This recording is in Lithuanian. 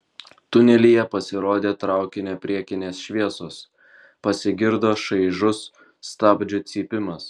tunelyje pasirodė traukinio priekinės šviesos pasigirdo šaižus stabdžių cypimas